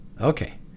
Okay